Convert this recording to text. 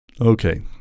Okay